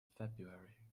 february